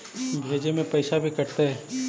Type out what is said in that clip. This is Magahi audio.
भेजे में पैसा भी कटतै?